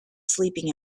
sleeping